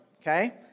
okay